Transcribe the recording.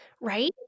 right